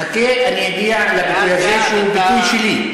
חכה, אני אגיע לביטוי הזה, שהוא ביטוי שלי.